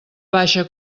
baixa